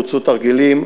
בוצעו תרגילים,